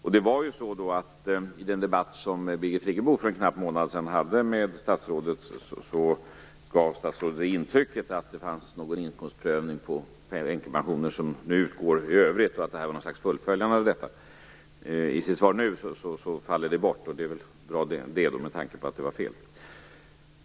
I den debatt som Birgit Friggebo för en knapp månad sedan hade med statsrådet, gav statsrådet intryck av att det fanns någon inkomstprövning i fråga om änkepensioner som nu utgår, och av att det här var något slags fullföljande av denna. I svaret nu faller det bort. Det är väl bra det, med tanke på att det var fel.